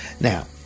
Now